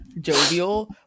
jovial